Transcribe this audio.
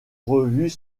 revues